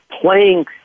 playing